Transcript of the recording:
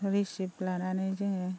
receipt लानानै जोङो